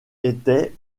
était